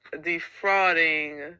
defrauding